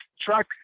truck